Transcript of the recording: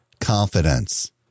confidence